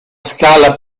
scala